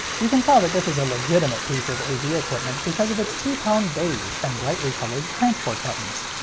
you can tell that this is a legitimate piece of a v equipment because of its two-tone beige and brightly colored transport buttons.